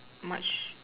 much